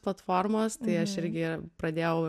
platformos tai aš irgi pradėjau